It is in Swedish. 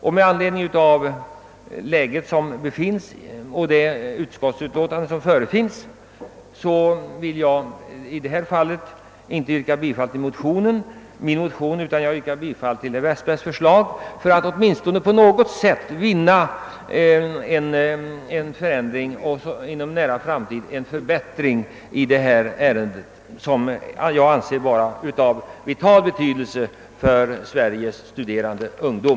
I nuvarande läge och med det utskottsutlåtande, som föreligger, vill jag inte yrka bifall till min motion och herr Jonassons, utan jag yrkar i stället bifall till herr Westbergs förslag för att åtminstone på något sätt få till stånd en prövning av frågan och inom en nära framtid kunna åstadkomma en förbättring beträffande dessa studielån, något som jag anser vara av vital betydelse för Sveriges studerande ungdom.